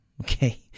Okay